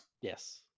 Yes